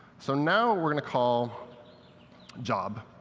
so now we're going to call job.